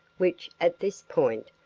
which, at this point,